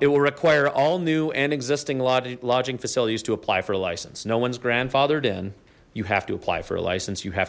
it will require all new and existing logic lodging facilities to apply for a license no one's grandfathered in you have to apply for a license you have